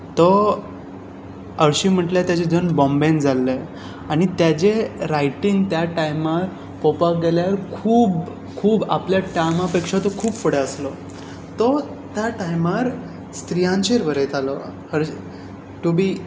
तो हरशी म्हणल्यार तेचें जल्म बॉम्बेंत जाल्लें आनी ताचें रायटींग त्या टायमार पळोवपाक गेल्यार खूब खूब आपल्या टायमा पेक्षा तो खूब फुडें आसलो तो त्या टायमार स्त्रीयांचेर बरयतालो टू बी